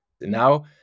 Now